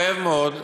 כואב מאוד.